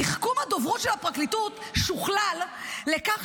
תחכום הדוברות של הפרקליטות שוכלל לכך